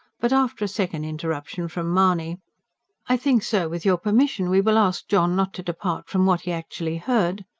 but after a second interruption from mahony i think, sir, with your permission we will ask john not to depart from what he actually heard,